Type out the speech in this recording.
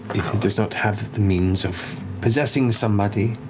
does not have the means of possessing somebody,